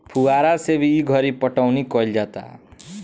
फुहारा से भी ई घरी पटौनी कईल जाता